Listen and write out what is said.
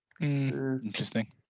Interesting